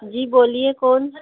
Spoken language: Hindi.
जी बोलिए कौन